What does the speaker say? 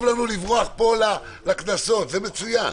נוח לנו לברוח פה לקנסות, זה מצוין.